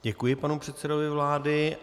Děkuji panu předsedovi vlády.